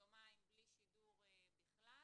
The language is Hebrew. יומיים בלי שידור כלל,